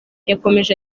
yakomeje